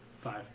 Five